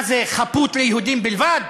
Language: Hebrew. מה זה, חפות ליהודים בלבד?